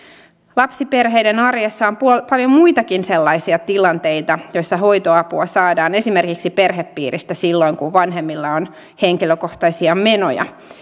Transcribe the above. lapsiperheiden arjessa on paljon muitakin sellaisia tilanteita joissa hoitoapua saadaan esimerkiksi perhepiiristä silloin kun vanhemmilla on henkilökohtaisia menoja